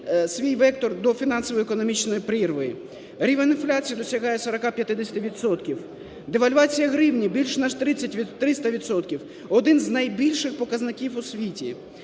свій вектор до фінансово-економічної прірви. Рівень інфляції досягає 40-50 відсотків, девальвація гривні – більш ніж 300 відсотків, один з найбільших показників світі.